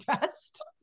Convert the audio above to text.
test